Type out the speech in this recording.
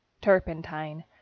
Turpentine